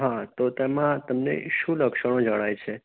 હા તો તેમાં તમને શું લક્ષણો જણાય છે